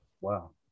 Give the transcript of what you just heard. Wow